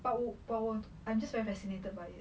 but 我 but 我 I'm just very fascinated by it